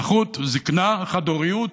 נכות, זקנה, חד-הוריות.